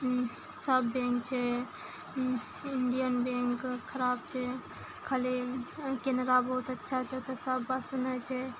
सब बैंक छै Indian bank खराब छै खाली केनेरा बहुत अच्छा छै ओतऽ बात सुनै छै